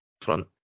front